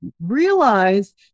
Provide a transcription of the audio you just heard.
realize